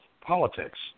politics